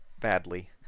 Badly